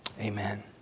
Amen